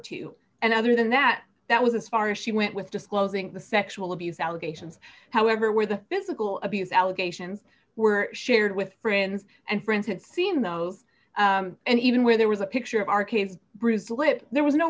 two and other than that that was as far as she went with disclosing the sexual abuse allegations however where the physical abuse allegations were shared with friends and friends had seen those and even where there was a picture arcade